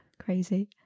Crazy